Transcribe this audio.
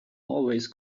always